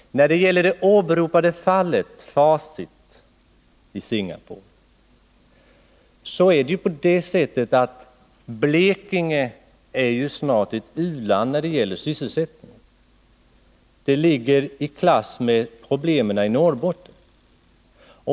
I det åberopade fallet, Facit i Singapore, är förhållandet det att Blekinge snart är ett u-land när det gäller sysselsättning. Problemen där ligger i klass med dem i Norrbotten.